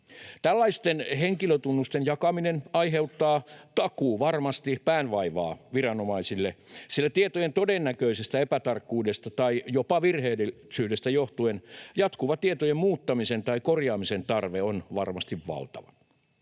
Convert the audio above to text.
Tällaisten henkilötunnusten jakaminen aiheuttaa takuuvarmasti päänvaivaa viranomaisille, sillä tietojen todennäköisestä epätarkkuudesta tai jopa virheellisyydestä johtuen jatkuva tietojen muuttamisen tai korjaamisen tarve on varmasti valtava.